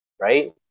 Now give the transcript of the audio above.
Right